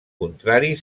contrari